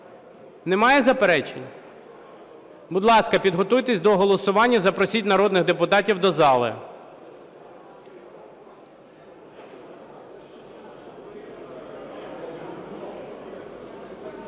Немає заперечень? Будь ласка, підготуйтесь до голосування. Запросіть народних депутатів до зали.